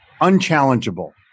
Unchallengeable